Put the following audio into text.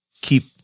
keep